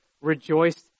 rejoiced